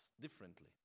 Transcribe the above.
differently